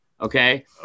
Okay